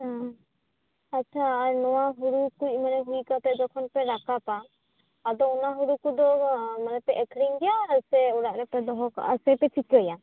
ᱟᱪᱪᱷᱟ ᱟᱨ ᱱᱚᱣᱟ ᱦᱳᱲᱳ ᱠᱩᱡ ᱢᱟᱱᱮ ᱦᱩᱭ ᱠᱟᱛᱮ ᱡᱚᱠᱷᱚᱱ ᱯᱮ ᱨᱟᱠᱟᱵᱟ ᱟᱫᱚ ᱚᱱᱟ ᱦᱳᱲᱳ ᱠᱚᱫᱚ ᱢᱮᱱᱮ ᱯᱮ ᱟ ᱠᱷᱨᱤᱧ ᱜᱮᱭᱟ ᱥᱮ ᱚᱲᱟᱜ ᱨᱮᱜᱮᱯᱮ ᱫᱚᱦᱚ ᱠᱟᱜᱼᱟ ᱥᱮᱯᱮ ᱪᱤᱠᱟ ᱭᱟ